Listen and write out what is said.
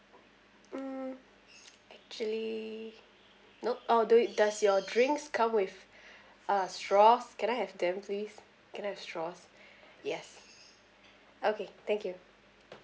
mm actually nope uh do we does your drinks come with uh straws can I have them please can I have straws yes okay thank you